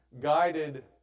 guided